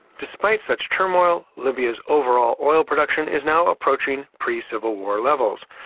despite such turmoil, libya's overall oil production is now approaching pre-civil war levels.